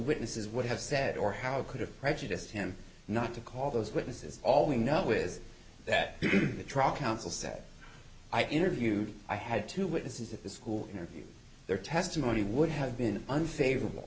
witnesses would have said or how it could have prejudiced him not to call those witnesses all we know is that the truck ounces said i interviewed i had two witnesses to the school interview their testimony would have been unfavorable